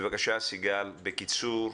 בבקשה, סיגל בקיצור.